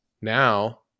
now